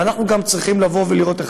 ואנחנו גם צריכים לראות,